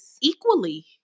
equally